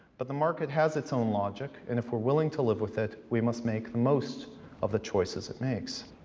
but the market has its own logic, and if we're willing to live with it, we must make the most of the choices it makes.